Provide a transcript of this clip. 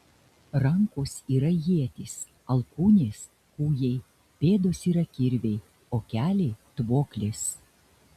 rankos yra ietys alkūnės kūjai pėdos yra kirviai o keliai tvoklės